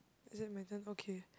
is it my turn okay